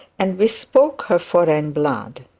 and bespoke her foreign blood.